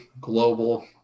global